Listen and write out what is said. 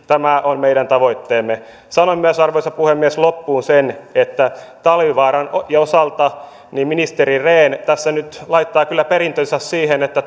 tämä on meidän tavoitteemme sanon myös arvoisa puhemies loppuun sen että talvivaaran osalta ministeri rehn tässä nyt laittaa kyllä perintönsä siihen että